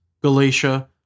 Galatia